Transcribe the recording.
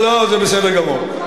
זה בסדר גמור.